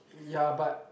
ya but